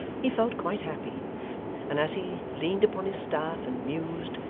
he felt quite happy and as he leaned upon his staff and mused,